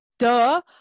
duh